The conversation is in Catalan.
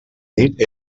nit